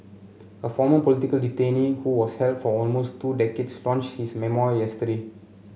a former political detainee who was held for almost two decades launch his memoir yesterday